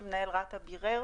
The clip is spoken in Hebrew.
שאת זה מנהל רת"א בירר,